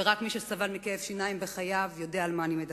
ורק מי שסבל מכאב שיניים בחייו יודע על מה אני מדברת.